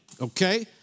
okay